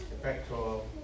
effectual